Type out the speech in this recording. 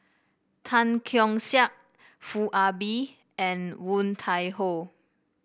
Tan Keong Saik Foo Ah Bee and Woon Tai Ho